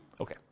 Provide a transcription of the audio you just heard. Okay